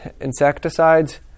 insecticides